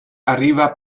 arriva